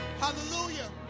hallelujah